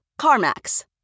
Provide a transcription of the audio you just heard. CarMax